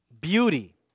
Beauty